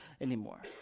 anymore